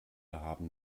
haben